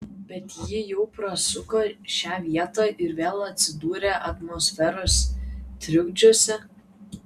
bet ji jau prasuko šią vietą ir vėl atsidūrė atmosferos trukdžiuose